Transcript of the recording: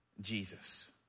jesus